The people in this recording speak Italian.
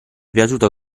piaciuto